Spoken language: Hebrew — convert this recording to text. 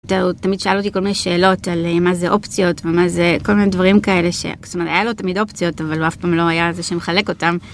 תמיד שאל אותי כל מיני שאלות על מה זה אופציות ומה זה כל מיני דברים כאלה שהיה לו תמיד אופציות אבל אף פעם לא היה זה שמחלק אותן.